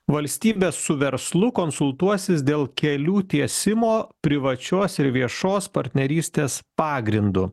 valstybė su verslu konsultuosis dėl kelių tiesimo privačios ir viešos partnerystės pagrindu